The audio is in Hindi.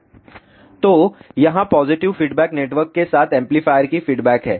तो यहाँ पॉजिटिव फीडबैक नेटवर्क के साथ एम्पलीफायर की फीडबैक है